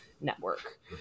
network